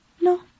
No